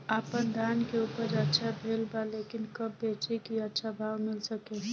आपनधान के उपज अच्छा भेल बा लेकिन कब बेची कि अच्छा भाव मिल सके?